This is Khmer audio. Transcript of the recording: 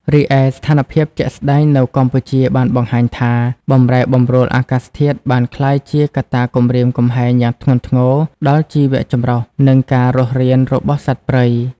រីឯ ស្ថានភាពជាក់ស្តែងនៅកម្ពុជាបានបង្ហាញថា បម្រែបម្រួលអាកាសធាតុបានក្លាយជាកត្តាគំរាមកំហែងយ៉ាងធ្ងន់ធ្ងរដល់ជីវចម្រុះ និងការរស់រានរបស់សត្វព្រៃ។